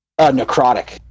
necrotic